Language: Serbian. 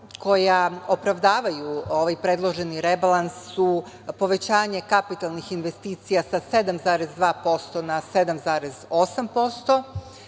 koja opravdavaju ovaj predloženi rebalans su povećanje kapitalnih investicija sa 7,2% na 7,8%.